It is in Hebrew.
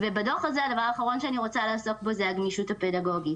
הנושא האחרון שאני רוצה לעסוק בו בדוח הזה זה הגמישות הפדגוגית.